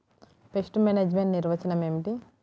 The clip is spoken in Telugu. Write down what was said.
పెస్ట్ మేనేజ్మెంట్ నిర్వచనం ఏమిటి?